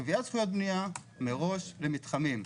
קביעת זכויות בנייה מראש למתחמים.